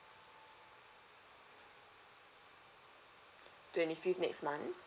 twenty fifth next month